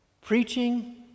preaching